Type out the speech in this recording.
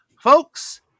Folks